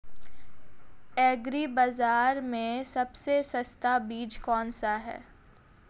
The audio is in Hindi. एग्री बाज़ार में सबसे सस्ता बीज कौनसा है?